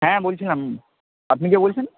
হ্যাঁ বলছিলাম আপনি কে বলছেন